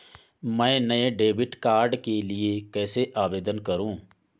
मैं नए debit card के लिए कैसे आवेदन करूं?